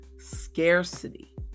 Scarcity